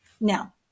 Now